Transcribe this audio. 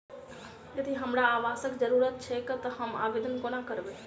यदि हमरा आवासक जरुरत छैक तऽ हम आवेदन कोना करबै?